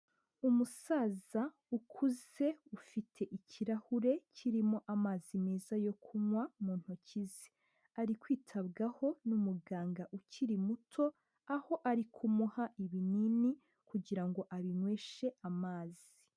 Umusaza ukuze ufite ikirahure kirimo amazi meza yo kunywa mu ntoki ze. Ari kwitabwaho n'umuganga ukiri muto, aho ari kumuha ibinini kugira ngo abinyweshe amazi.